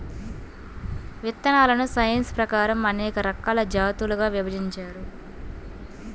విత్తనాలను సైన్స్ ప్రకారం అనేక రకాల జాతులుగా విభజించారు